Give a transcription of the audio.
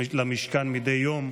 למעלה.